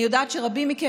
אני יודעת שרבים מכם,